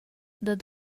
dad